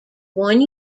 one